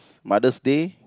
Mother's Day